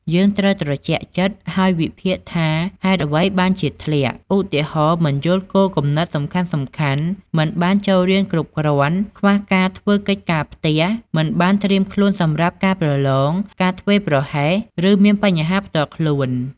យើងត្រូវត្រជាក់ចិត្ត ហើយវិភាគថាហេតុអ្វីបានជាធ្លាក់ ឧទាហរណ៍ មិនយល់គោលគំនិតសំខាន់ៗ មិនបានចូលរៀនគ្រប់គ្រាន់ ខ្វះការធ្វើកិច្ចការផ្ទះ មិនបានត្រៀមខ្លួនសម្រាប់ការប្រឡង ការធ្វេសប្រហែស ឬមានបញ្ហាផ្ទាល់ខ្លួន។